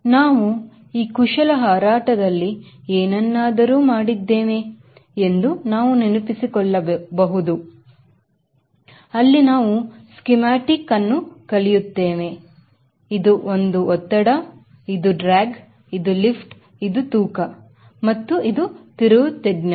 ಮತ್ತು ನಾವು ಈ ಕುಶಲ ಹಾರಾಟದಲ್ಲಿ ಏನನ್ನಾದರೂ ಮಾಡಿದ್ದೇವೆ ಎಂದು ನಾವು ನೆನಪಿಸಿಕೊಳ್ಳಬಹುದು ಅಲ್ಲಿ ನಾವು schematicಅನ್ನೋ ಕಲಿಯುತ್ತೇವೆ ಇದು ಒತ್ತಡ ಇದು drag ಇದು ಲಿಫ್ಟ್ ಮತ್ತು ಇದು ತೂಕ ಮತ್ತು ಇದು ತಿರುವು ತ್ರಿಜ್ಯ